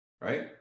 right